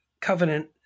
covenant